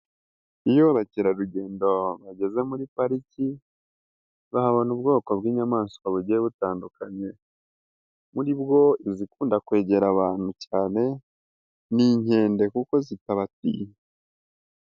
Iyo abacyerarujyendo bajyeze muri parike bahabona inyamaswa zijyiye zitandukanye, muribwo izikunda kwejyera abantu cyane ni inkende kuko zitabatinya.